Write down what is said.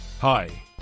Hi